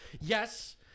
Yes